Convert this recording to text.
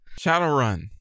Shadowrun